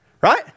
right